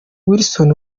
wilson